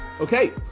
Okay